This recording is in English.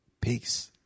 peace